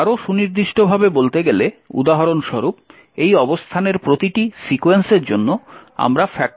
আরও সুনির্দিষ্টভাবে বলতে গেলে উদাহরণস্বরূপ এই অবস্থানের প্রতিটি সিকোয়েন্সের জন্য আমরা 3